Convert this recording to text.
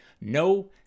no